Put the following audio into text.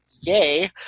yay